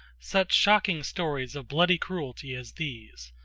such shocking stories of bloody cruelty as these.